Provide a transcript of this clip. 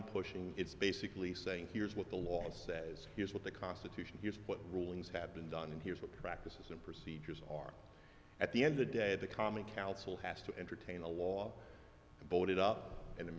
and pushing it's basically saying here's what the law says here's what the constitution here's what rulings have been done and here's what practices and procedures are at the end the day the common council has to entertain a law